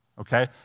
okay